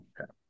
Okay